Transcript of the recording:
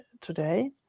today